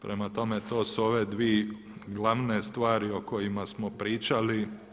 Prema tome, to su ove dvi glavne stvari o kojima smo pričali.